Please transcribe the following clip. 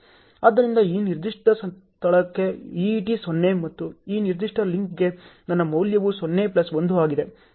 ಆದ್ದರಿಂದ ಈ ನಿರ್ದಿಷ್ಟ ಸ್ಥಳಕ್ಕೆ EET 0 ಮತ್ತು ಈ ನಿರ್ದಿಷ್ಟ ಲಿಂಕ್ಗೆ ನನ್ನ ಮೌಲ್ಯವು 0 ಪ್ಲಸ್ 1 ಆಗಿದೆ